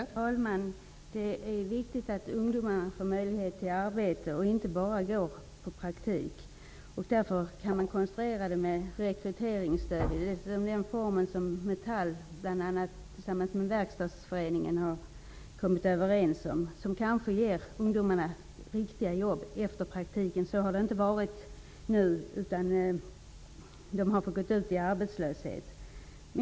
Fru talman! Det är viktigt att ungdomarna får möjlighet till ordinarie arbete och att de inte bara går i praktikarbete. Man kan ha en konstruktion med ett rekryteringsstöd i den form som bl.a. Metall tillsammans med Verkstadsföreningen har kommit överens om. Det kanske ger ungdomarna riktiga jobb efter praktiken. Så har det nämligen inte varit nu, utan ungdomarna har därefter gått ut i arbetslöshet.